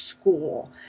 School